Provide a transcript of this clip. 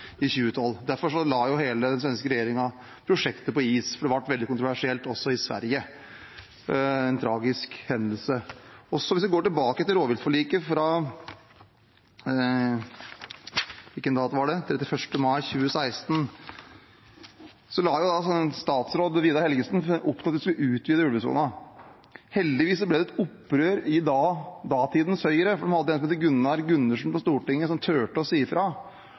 i 2012. Derfor la hele den svenske regjeringen prosjektet på is – det ble veldig kontroversielt også i Sverige. Det var en tragisk hendelse. Hvis vi går tilbake til rovviltforliket fra 31. mai 2016, la daværende statsråd Vidar Helgesen opp til at vi skulle utvide ulvesonen. Heldigvis ble det et opprør i datidens Høyre, for de hadde en som heter Gunnar Gundersen på Stortinget som turte å si fra.